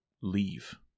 leave